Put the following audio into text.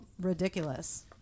ridiculous